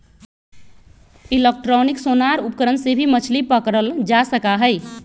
electronic sonar उपकरण से भी मछली पकड़ल जा सका हई